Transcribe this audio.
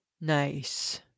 Nice